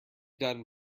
done